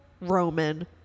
Roman